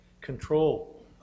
control